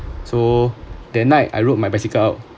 so that night I rode my bicycle